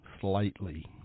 slightly